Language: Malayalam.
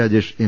രാജേഷ് എം